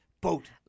Boat